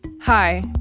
Hi